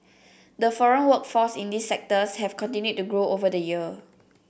the foreign workforce in these sectors have continued to grow over the year